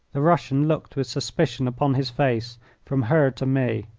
the russian looked with suspicion upon his face from her to me.